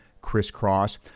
crisscross